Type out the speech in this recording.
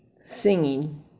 singing